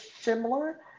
similar